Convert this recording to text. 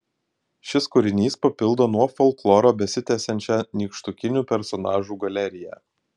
šis kūrinys papildo nuo folkloro besitęsiančią nykštukinių personažų galeriją